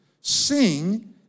Sing